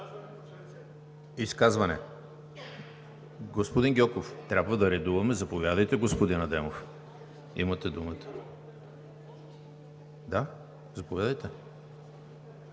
Изказване, господин Гьоков? Трябва да редуваме. Заповядайте, господин Адемов, имате думата. Да, заповядайте.